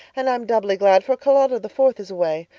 and i'm doubly glad, for charlotta the fourth is away.